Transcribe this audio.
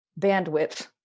bandwidth